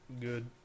good